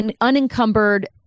unencumbered